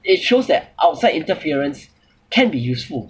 it shows that outside interference can be useful